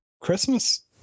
Christmas